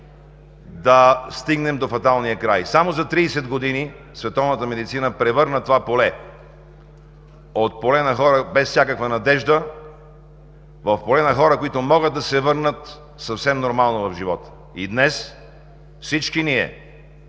да стигнем до фаталния край. Само за 30 години световната медицина превърна това поле от поле на хора без всякаква надежда, в поле на хора, които могат да се върнат съвсем нормално в живота. И днес всички ние